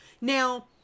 Now